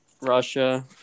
Russia